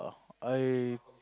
I